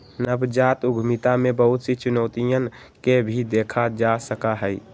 नवजात उद्यमिता में बहुत सी चुनौतियन के भी देखा जा सका हई